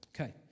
Okay